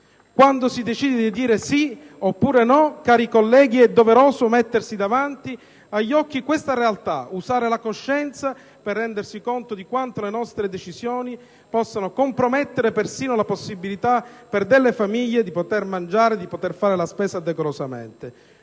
Quando si decide di dire sì oppure no, cari colleghi, è doveroso mettersi davanti agli occhi questa realtà, usare la coscienza per rendersi conto di quanto le nostre decisioni possano persino compromettere la possibilità per delle famiglie di mangiare, di fare la spesa decorosamente.